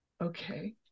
Okay